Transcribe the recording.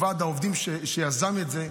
עם ועד העובדים שיזם את זה,